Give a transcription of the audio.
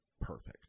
perfect